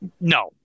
No